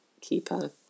keeper